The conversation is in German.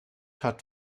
hat